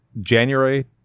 January